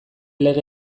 lege